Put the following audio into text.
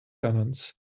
cannons